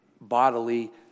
bodily